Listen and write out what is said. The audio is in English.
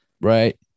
Right